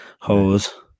hose